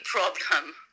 problem